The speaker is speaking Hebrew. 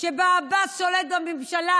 שבה עבאס שולט בממשלה,